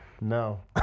No